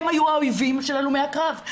הם היו האויבים של הלומי הקרב,